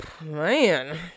man